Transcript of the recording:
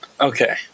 Okay